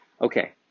Okay